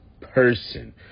person